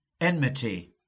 enmity